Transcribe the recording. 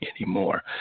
anymore